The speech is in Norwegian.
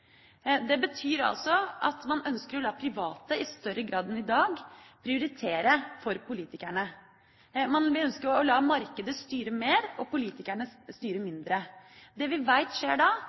Det betyr altså at man ønsker å la private i større grad enn i dag prioritere for politikerne. Man ønsker å la markedet styre mer og la politikerne styre mindre. Det vi vet skjer da,